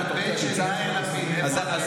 הייתי רץ על המסלולים עם אוזן ימין על המסלול.